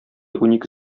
унике